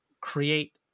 create